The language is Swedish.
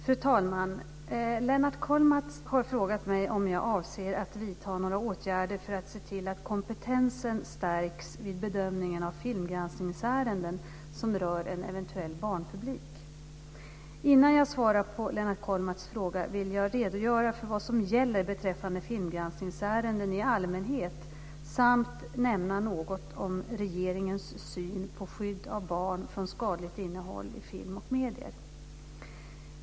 Fru talman! Lennart Kollmats har frågat mig om jag avser att vidta några åtgärder för att se till att kompetensen stärks vid bedömningen av filmgranskningsärenden som rör en eventuell barnpublik. Innan jag svarar på Lennart Kollmats fråga vill jag redogöra för vad som gäller beträffande filmgranskningsärenden i allmänhet samt nämna något om regeringens syn på skydd av barn från skadligt innehåll i film och medier.